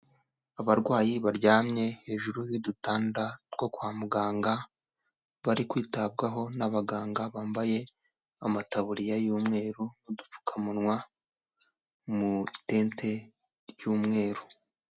Abarwayi baryamye hejuru y'udutanda two kwa muganga, bari kwitabwaho n'abaganga bambaye amataburiya y'umweru n'udupfukamunwa mu itente ry'umweru.